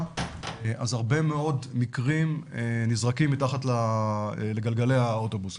אז הרבה מאוד מקרים נזרקים מתחת לגלגלי האוטובוס,